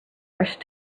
first